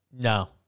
no